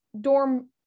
Dorm